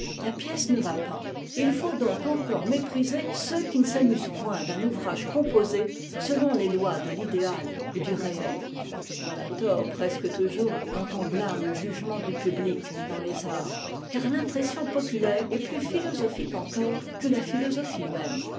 la pièce ne va pas et il faut donc encore mépriser ceux qui ne s'amusent point d'un ouvrage composé selon les lois de l'idéal et du réel on a tort presque toujours quand on blâme le jugement du public dans les arts car l'impression populaire est plus philosophique encore que la philosophie même